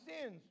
sins